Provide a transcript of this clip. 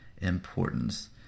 importance